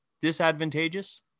disadvantageous